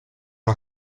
una